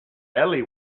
ellie